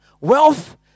Wealth